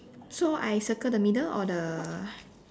so I circle the middle or the